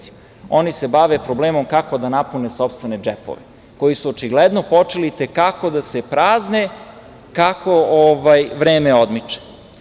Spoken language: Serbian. Oni se bave sopstvenim interesima, oni se bave problemom kako da napune sopstvene džepove, koji su očigledno počeli i te kako da se prazne kako vreme odmiče.